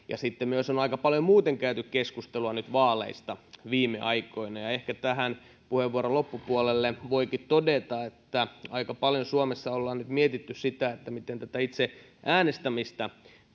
ja sitten on nyt myös aika paljon muuten käyty keskustelua vaaleista viime aikoina ehkä tähän puheenvuoron loppupuolelle voikin todeta että aika paljon suomessa ollaan nyt mietitty sitä miten itse äänestämistä